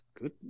Good